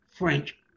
French